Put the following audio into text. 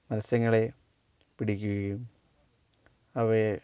മത്സ്യങ്ങളെ പിടിക്കുകയും അവയെ